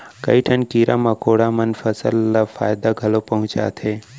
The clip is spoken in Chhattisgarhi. कई ठन कीरा मकोड़ा मन फसल ल फायदा घलौ पहुँचाथें